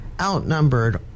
outnumbered